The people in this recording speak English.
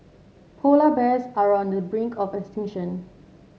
polar bears are on the brink of extinction